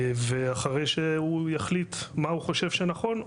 ואחרי שהוא יחליט מה הוא חושב שנכון,